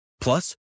Plus